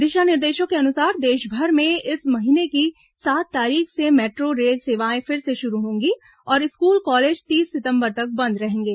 दिशा निर्देशों के अनुसार देशभर में इस महीने की सात तारीख से मैट्रो रेल सेवाएं फिर से शुरू होंगी और स्कूल कॉलेज तीस सितंबर तक बंद रहेंगे